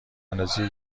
اندازی